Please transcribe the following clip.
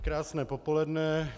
Krásné popoledne.